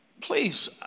please